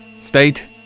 State